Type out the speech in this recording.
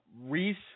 Reese